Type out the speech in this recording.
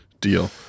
Deal